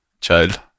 child